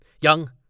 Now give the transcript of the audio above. Young